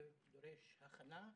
דורש הכנה,